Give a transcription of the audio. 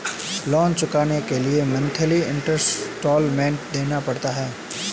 loan चुकाने के लिए मंथली इन्सटॉलमेंट देना पड़ता है